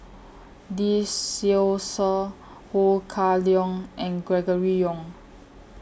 Lee Seow Ser Ho Kah Leong and Gregory Yong